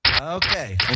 Okay